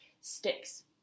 sticks